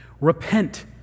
Repent